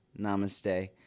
Namaste